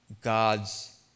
God's